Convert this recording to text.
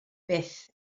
byth